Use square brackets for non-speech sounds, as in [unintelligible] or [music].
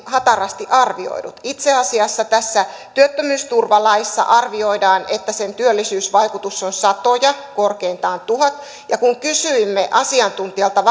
hatarasti arvioidut itse asiassa tässä työttömyysturvalaissa arvioidaan että sen työllisyysvaikutus olisi satoja korkeintaan tuhat ja kun kysyimme asiantuntijalta [unintelligible]